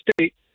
State